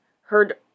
heard